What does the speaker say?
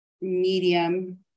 medium